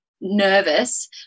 nervous